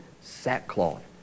sackcloth